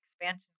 expansion